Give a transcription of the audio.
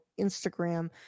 Instagram